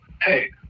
Hey